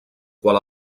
qual